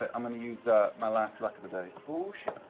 ah i'm going to use my last luck of the day.